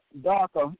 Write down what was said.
darker